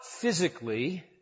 physically